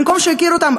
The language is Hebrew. במקום שיכירו אותם,